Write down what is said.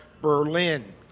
Berlin